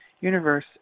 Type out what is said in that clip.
universe